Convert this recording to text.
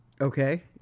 okay